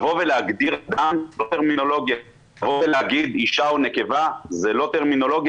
להגיד "אישה" או "נקבה" זו לא טרמינולוגיה.